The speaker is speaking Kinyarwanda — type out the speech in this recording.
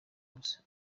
hose